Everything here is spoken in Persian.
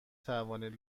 توانید